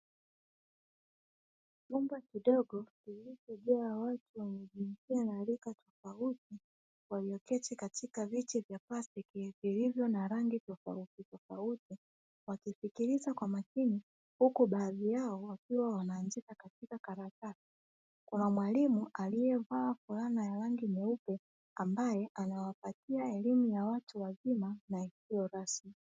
Chumba kidogo kilicho jaa watu wenye rika na jinsia tofauti walio keti katika viti vya plastiki vilivyo na rangi tofauti tofauti. Wakifikiriza kwa makini, huku baadhi yao wakiwa wameandika katika karatasi. Kuna mwalimu aliyevaa fulana ya rangi nyeupe, ambaye anawapatia elimu ya watu wazima na isiyo rasmi.